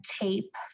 tape